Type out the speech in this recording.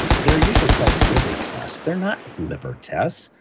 they are usually called liver test. they're not liver test.